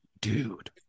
Dude